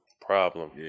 Problem